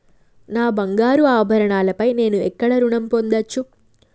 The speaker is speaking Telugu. నా బంగారు ఆభరణాలపై నేను ఎక్కడ రుణం పొందచ్చు?